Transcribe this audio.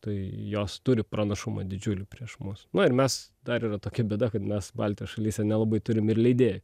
tai jos turi pranašumą didžiulį prieš mus na ir mes dar yra tokia bėda kad mes baltijos šalyse nelabai turim ir leidėjų